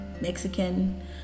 Mexican